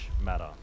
matter